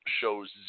shows